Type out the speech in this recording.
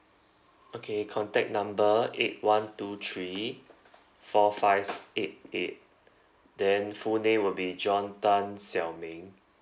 okay contact number eight one two three four five si~ eight eight then full name will be john tan xiao ming